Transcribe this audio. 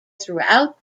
throughout